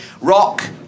rock